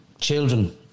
children